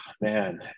man